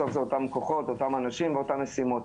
בסוף זה אותם כוחות, אותם אנשים ואותן משימות.